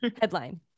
headline